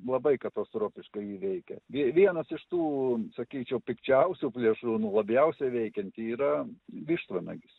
labai katastrofiškai jį veikia vie vienas iš tų sakyčiau pikčiausių plėšrūnų labiausiai veikianti yra vištvanagis